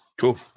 Cool